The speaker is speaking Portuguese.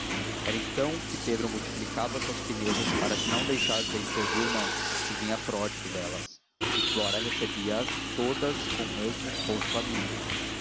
era então que pedro multiplicava as suas finezas para se não deixar vencer do irmão que vinha pródigo delas e flora recebia as todas com o mesmo rosto amigo